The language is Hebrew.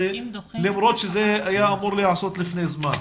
למרות שזה היה אמור להיעשות לפני כן.